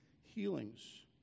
healings